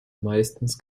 meistens